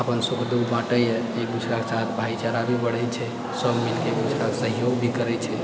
अपन सुख दुख बाँटैए एक दूसराके साथ भाईचारा भी बढ़ै छै सब मिलके एक दूसराके सहयोग भी करैत छै